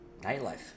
nightlife